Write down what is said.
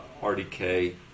RDK